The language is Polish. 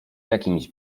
jakimś